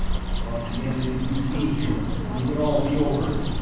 i thought at the end of it you'd be here and it would all be over.